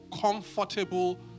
comfortable